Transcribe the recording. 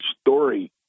story